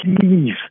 Please